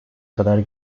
kadar